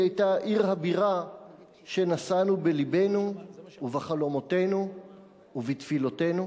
היא היתה עיר הבירה שנשאנו בלבנו ובחלומותינו ובתפילותינו.